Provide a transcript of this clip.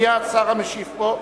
מי השר המשיב פה?